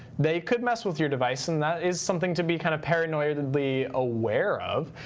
they could mess with your device, and that is something to be kind of paranoidly aware of.